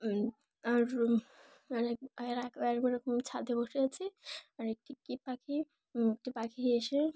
উম আর আর এক আর ওরকম ছাদে বসে আছি আর একটি কি পাখি একটি পাখি এসে